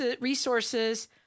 resources